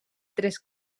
tres